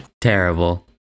Terrible